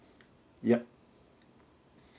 yup